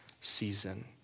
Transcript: season